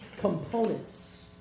components